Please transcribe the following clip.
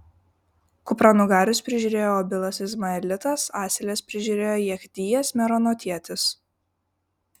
kupranugarius prižiūrėjo obilas izmaelitas asiles prižiūrėjo jechdijas meronotietis